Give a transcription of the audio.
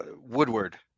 Woodward